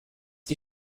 die